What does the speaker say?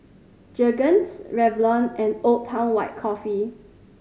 Jergens Revlon and Old Town White Coffee